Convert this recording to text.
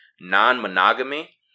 non-monogamy